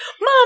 mom